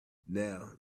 now